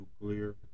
nuclear